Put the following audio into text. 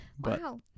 Wow